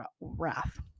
wrath